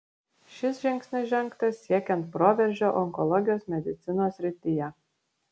šis žingsnis žengtas siekiant proveržio onkologijos medicinos srityje